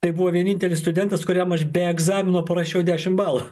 tai buvo vienintelis studentas kuriam aš be egzamino parašiau dešim balų